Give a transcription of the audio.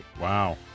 Wow